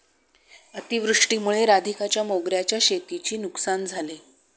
अतिवृष्टीमुळे राधिकाच्या मोगऱ्याच्या शेतीची नुकसान झाले